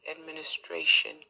administration